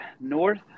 North